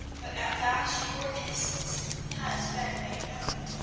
but at last your innocence has been made known.